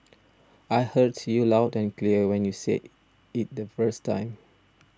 I heard you loud and clear when you said it the first time